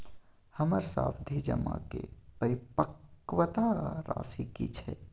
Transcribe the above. हमर सावधि जमा के परिपक्वता राशि की छै?